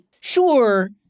sure